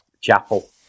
chapel